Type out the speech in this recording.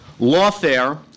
lawfare